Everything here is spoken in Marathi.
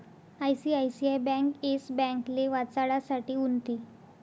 आय.सी.आय.सी.आय ब्यांक येस ब्यांकले वाचाडासाठे उनथी